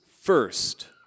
first